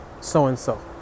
so-and-so